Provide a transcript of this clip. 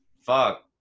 fuck